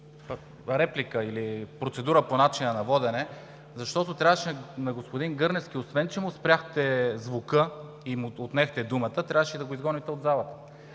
реплика или процедура по начина на водене, защото на господин Гърневски, освен че му спряхте звука и му отнехте думата, трябваше да го изгоните от залата.